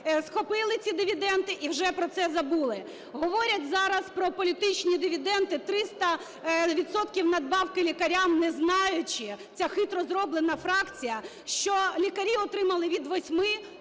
схопили ці дивіденди і вже про це забули. Говорять зараз про політичні дивіденди - 300 відсотків надбавки лікарям, не знаючи, ця хитро зроблена фракція, що лікарі отримали від 8